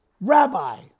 Rabbi